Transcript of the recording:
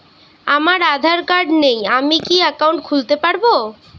আমার আধার কার্ড নেই আমি কি একাউন্ট খুলতে পারব?